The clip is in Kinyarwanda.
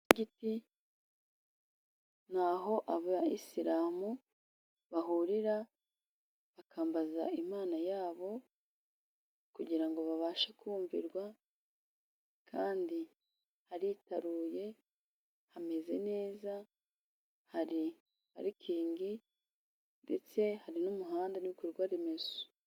Umusigiti ni aho Abayisilamu bahurira bakambaza Imana yabo kugira ngo babashe kumvirwa , kandi haritaruye hameze neza hari parikingi ndetse hari n'umuhanda n'ibikorwa remezo.